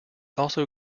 also